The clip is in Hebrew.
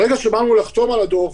ברגע שבאנו לחתום על הדוח,